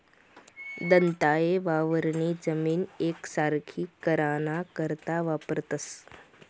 दंताये वावरनी जमीन येकसारखी कराना करता वापरतंस